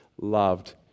loved